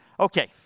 Okay